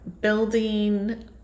building